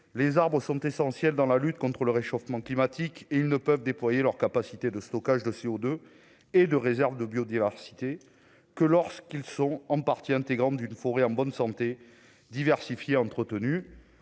les arbres sont essentiels dans la lutte contre le réchauffement climatique et ils ne peuvent déployer leur capacité de stockage de CO2 et de réserves de biodiversité que lorsqu'ils sont en partie intégrante d'une forêt en bonne santé, entretenu